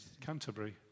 canterbury